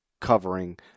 covering –